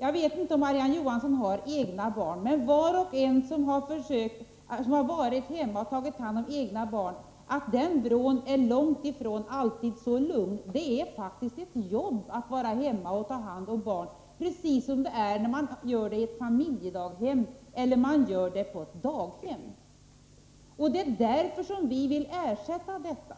Jag vet inte om Marie-Ann Johansson har egna barn, men var och en som har varit hemma och tagit hand om egna barn vet att den vrån är långt ifrån lugn. Det är faktiskt ett jobb att vara hemma och ta hand om barn, precis som det är när man gör det i ett familjedaghem eller ett daghem. Det är därför som vi vill ersätta detta arbete.